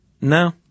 No